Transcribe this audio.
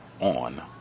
on